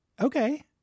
Okay